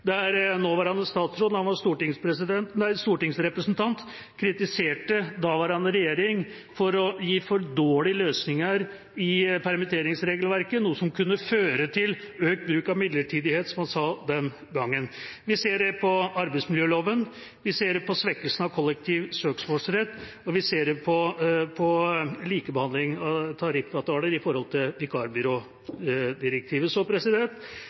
permitteringsregelverket, der nåværende statsråd, da han var stortingsrepresentant, kritiserte daværende regjering for å gi for dårlige løsninger i permitteringsregelverket, noe som kunne føre til økt bruk av midlertidighet, som han sa den gangen. Vi ser det på arbeidsmiljøloven. Vi ser det på svekkelsen av kollektiv søksmålsrett, og vi ser det på likebehandling av tariffavtaler med hensyn til vikarbyrådirektivet.